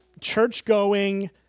church-going